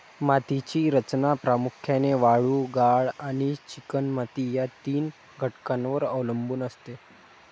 मातीची रचना प्रामुख्याने वाळू, गाळ आणि चिकणमाती या तीन घटकांवर अवलंबून असते